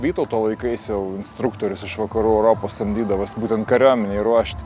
vytauto laikais jau instruktorius iš vakarų europos samdydavos būtent kariuomenei ruošti